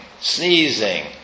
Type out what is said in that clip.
sneezing